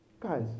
Guys